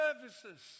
services